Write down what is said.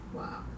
Wow